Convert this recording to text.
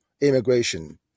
immigration